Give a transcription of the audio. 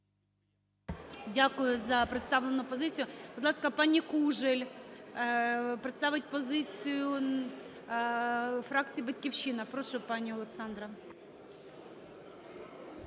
Дякую за представлену позицію. Будь ласка, пані Кужель представить позицію фракції "Батьківщина". Прошу, пані Олександра.